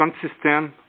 consistent